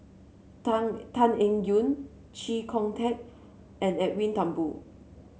Tan Tan Eng Yoon Chee Kong Tet and Edwin Thumboo